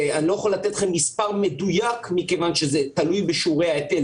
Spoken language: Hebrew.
אני לא יכול לתת לכם מספר מדויק מכיוון שזה תלוי בשיעורי ההיטל,